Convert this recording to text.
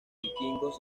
vikingos